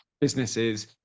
businesses